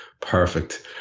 perfect